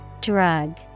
Drug